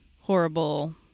horrible